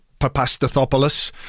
Papastathopoulos